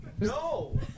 No